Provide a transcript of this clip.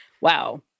Wow